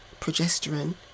progesterone